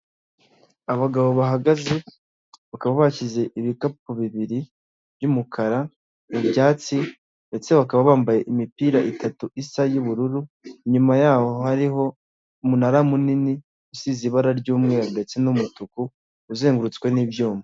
Abagabo bahagaze bakaba bashyize ibikapu bibiri by'umukara mu byatsi ndetse bakaba bambaye imipira itatu isa y'ubururu nyuma yaho hariho umunara munini usize ibara ry'umweru ndetse n'umutuku uzengurutswe n'ibyuma.